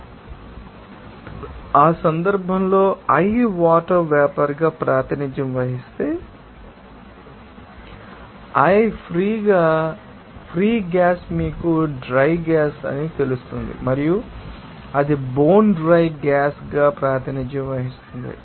కాబట్టి ఆ సందర్భంలో i వాటర్ వేపర్ గా ప్రాతినిధ్యం వహిస్తే I ఫ్రీ గ్యాస్ మీకు డ్రై గ్యాస్ అని తెలుసు మరియు అది బోన్ డ్రై గ్యాస్ గా ప్రాతినిధ్యం వహిస్తుంది